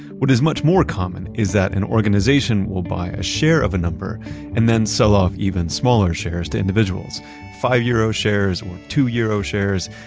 what is much more common is that an organization will buy a share of a number and then sell off even smaller shares to individuals five euro shares or two euro shares,